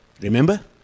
remember